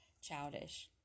childish